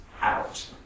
out